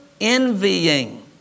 envying